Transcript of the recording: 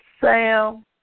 Sam